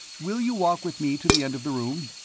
will you walk with me to the end of the room?